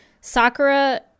sakura